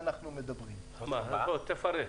תפרט.